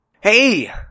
Hey